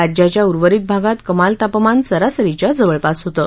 राज्याच्या उर्वरित भागात कमाल तापमान सरासरीच्या जवळपास होतं